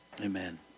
Amen